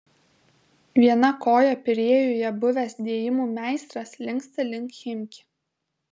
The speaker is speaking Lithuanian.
viena koja pirėjuje buvęs dėjimų meistras linksta link chimki